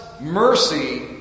mercy